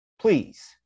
Please